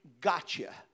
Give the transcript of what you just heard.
gotcha